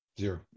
Zero